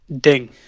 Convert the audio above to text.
Ding